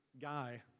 Guy